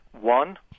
One